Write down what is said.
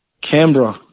Canberra